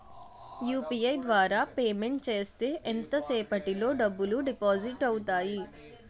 UPI ద్వారా payment చేస్తే ఎంత సేపటిలో డబ్బులు డిపాజిట్ అవుతాయి?